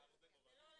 של --- כל